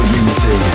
unity